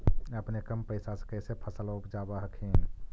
अपने कम पैसा से कैसे फसलबा उपजाब हखिन?